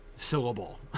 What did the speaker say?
Syllable